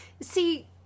See